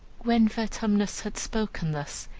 when vertumnus had spoken thus,